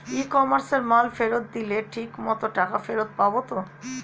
ই কমার্সে মাল ফেরত দিলে ঠিক মতো টাকা ফেরত পাব তো?